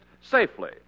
safely